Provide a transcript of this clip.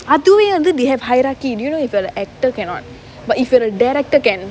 அதுவே ஏன்:athuvae yaen they have hierarchy do you know if you're an actor cannot but if you're a director can